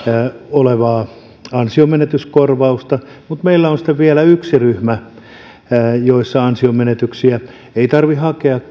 olevaa ansionmenetyskorvausta mutta meillä on sitten vielä yksi ryhmä jossa ansionmenetyksiä ei tarvitse hakea